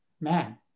man